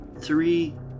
three